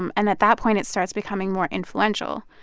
um and at that point, it starts becoming more influential.